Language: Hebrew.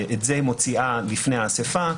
היא מוציאה את זה לפני האספה.